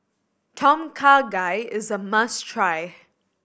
Tom Kha Gai is a must try